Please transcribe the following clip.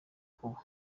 kuba